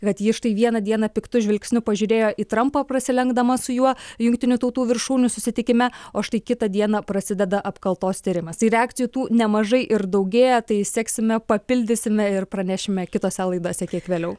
kad ji štai vieną dieną piktu žvilgsniu pažiūrėjo į trampą prasilenkdama su juo jungtinių tautų viršūnių susitikime o štai kitą dieną prasideda apkaltos tyrimas tai reakcijų tų nemažai ir daugėja tai seksime papildysime ir pranešime kitose laidose kiek vėliau